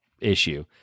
issue